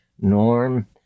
norm